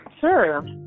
Sure